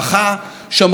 שמרנים שומרים על בית המשפט,